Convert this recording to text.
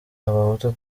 abahutu